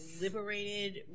liberated